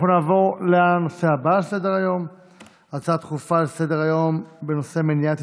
אנחנו נעבור להצעות לסדר-היום בנושא: מניעת